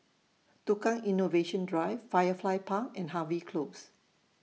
Tukang Innovation Drive Firefly Park and Harvey Close